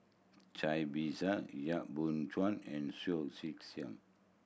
Cai Bixia Yap Boon Chuan and Soh Kay Siang